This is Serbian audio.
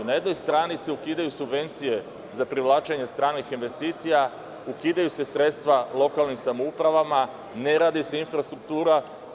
Na jednoj strani se ukidaju subvencije za privlačenje stranih investicija, ukidaju se sredstva lokalnim samoupravama, ne radi se infrastruktura.